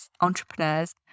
entrepreneurs